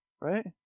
Right